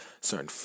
Certain